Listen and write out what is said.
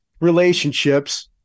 relationships